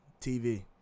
TV